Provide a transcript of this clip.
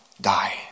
die